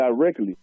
directly